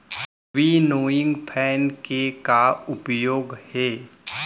Winnowing fan के का उपयोग हे?